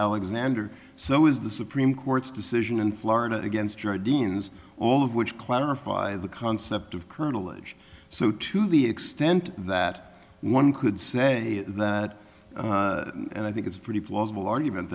alexander so is the supreme court's decision in florida against your deans all of which clarify the concept of colonel edge so to the extent that one could say that and i think it's pretty plausible argument